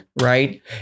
right